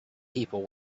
people